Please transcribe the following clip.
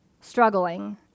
struggling